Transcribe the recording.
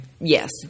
Yes